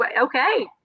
Okay